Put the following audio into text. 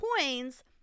coins